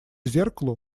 зеркалу